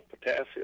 potassium